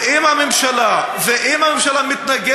ואם הממשלה מתנגדת